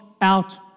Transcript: out